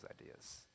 ideas